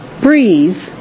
breathe